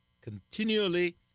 continually